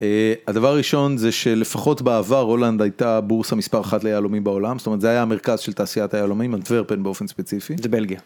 הדבר הראשון זה שלפחות בעבר הולנד הייתה בורסה מספר 1 ליהלומים בעולם זאת אומרת זה היה המרכז של תעשיית היהלומים, אנטוורפן באופן ספציפי, זה בלגיה.